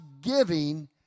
giving